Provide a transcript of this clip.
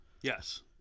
yes